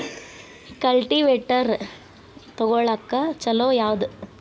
Cultivator ತೊಗೊಳಕ್ಕ ಛಲೋ ಯಾವದ?